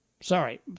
sorry